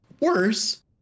worse